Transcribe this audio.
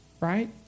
right